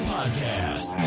Podcast